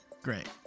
Great